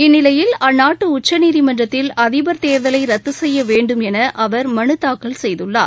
இந்நிலையில் அந்நாட்டு உச்சநீதிமன்றத்தில் அதிபா் தேர்தலை ரத்து செய்ய வேண்டும் என அவா் மனுதாக்கல் செய்துள்ளார்